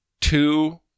two